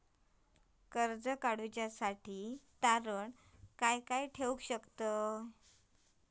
कर्ज काढूसाठी तारण काय काय ठेवू शकतव?